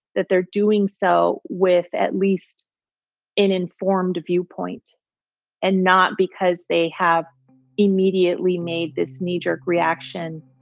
that they're doing so with at least an informed viewpoint and not because they have immediately made this knee-jerk reaction,